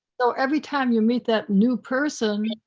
so every time you meet that new person,